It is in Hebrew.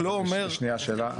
רק שאלה.